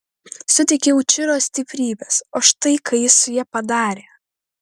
suteikiau čiro stiprybės o štai ką ji su ja padarė